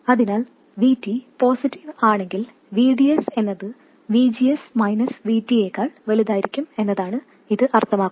അതിനാൽ VT positive ആണെങ്കിൽ VDS എന്നത് VGS VT യേക്കാൾ വലുതായിരിക്കും എന്നാണ് ഇത് അർഥമാക്കുന്നത്